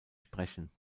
sprechen